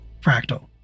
Fractal